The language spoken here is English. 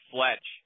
Fletch